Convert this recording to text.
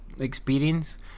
experience